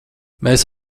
mēs